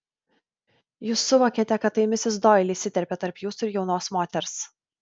jūs suvokėte kad tai misis doili įsiterpė tarp jūsų ir jaunos moters